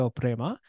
Oprema